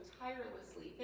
tirelessly